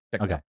Okay